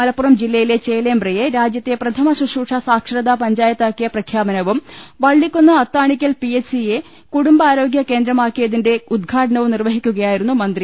മലപ്പുറം ജില്ലയിലെ ചേലേമ്പ്രയെ രാജ്യത്തെ പ്രഥമ ശുശ്രൂഷ സാക്ഷരതാ പഞ്ചായത്താക്കിയ പ്രഖ്യാപനവും വള്ളിക്കുന്ന് അത്താണിക്കൽ പിഎച്ച് സിയെ കുടുംബാരോഗ്യ കേന്ദ്രമാക്കിയതിന്റെ ഉദ് ഘാടനവും നിർവഹിക്കു കയായിരുന്നു മന്ത്രി